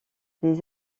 des